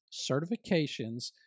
Certifications